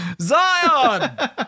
Zion